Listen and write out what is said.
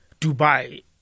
Dubai